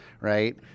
Right